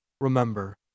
remember